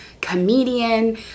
comedian